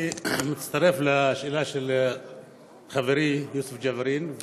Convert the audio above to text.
אני מצטרף לשאלה של חברי יוסף ג'בארין,